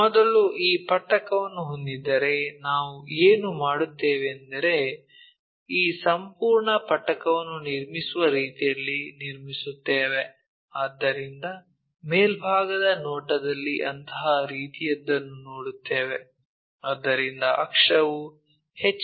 ಮೊದಲು ಈ ಪಟ್ಟಕವನ್ನು ಹೊಂದಿದ್ದರೆ ನಾವು ಏನು ಮಾಡುತ್ತೇವೆಂದರೆ ಈ ಸಂಪೂರ್ಣ ಪಟ್ಟಕವನ್ನು ನಿರ್ಮಿಸುವ ರೀತಿಯಲ್ಲಿ ನಿರ್ಮಿಸುತ್ತೇವೆ ಆದ್ದರಿಂದ ಮೇಲ್ಭಾಗದ ನೋಟದಲ್ಲಿ ಅಂತಹ ರೀತಿಯದ್ದನ್ನು ನೋಡುತ್ತೇವೆ ಆದ್ದರಿಂದ ಅಕ್ಷವು ಎಚ್